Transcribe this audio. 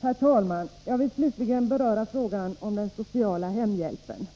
Herr talman! Jag vill slutligen beröra frågan om den sociala hemhjälpen.